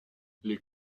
les